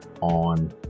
on